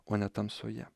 o ne tamsoje